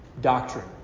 Doctrine